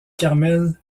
carmel